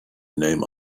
name